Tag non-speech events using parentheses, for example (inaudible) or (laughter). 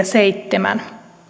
(unintelligible) seitsemän